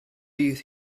bydd